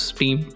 team